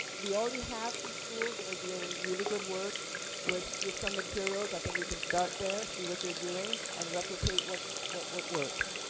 we already have some schools that are doing really good work with with some materials, i think we can start there see what they're doing and replicate what what works.